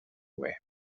away